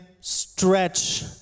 stretch